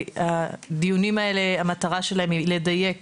הדיונים האלה, המטרה שלהם היא לדייק